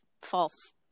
false